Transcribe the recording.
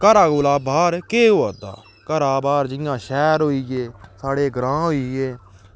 घरा कोला बाहर केह् होआ दा घरा बाहर जियां शैह्र होई गे साढ़े ग्रांऽ होइये